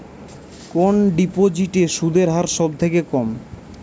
কোন ডিপোজিটে সুদের হার সবথেকে কম?